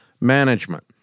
management